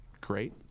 great